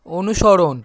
অনুসরণ